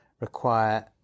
require